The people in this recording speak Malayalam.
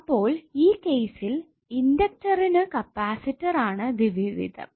അപ്പോൾ ഈ കേസിൽ ഇൻഡക്ടറിനു കപ്പാസിറ്റർ ആണ് ദ്വിവിവിധം